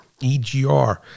EGR